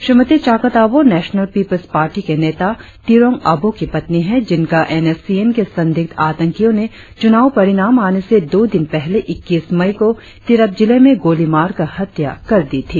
Shrimati Chakat Aboh National People's Party के नेता तिरोंग अबोह की पत्नी है जिनका एन एस सी एन के संदिग्ध आतंकियों ने चुनाव परिणाम आने से दो दिन पहले इक्कीस मई को तिरप जिले में गोली मार कर हत्या कर दी थी